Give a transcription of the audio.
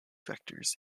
vectors